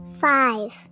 Five